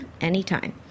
Anytime